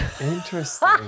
interesting